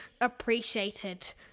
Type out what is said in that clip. appreciated